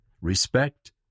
respect